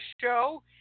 show